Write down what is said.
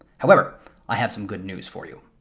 however i have some good news for you.